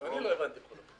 לא הבנתי אותך.